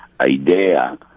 idea